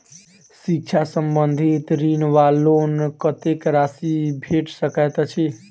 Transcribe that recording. शिक्षा संबंधित ऋण वा लोन कत्तेक राशि भेट सकैत अछि?